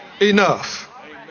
enough